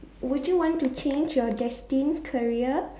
would you want to change your destined career